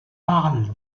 parle